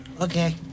okay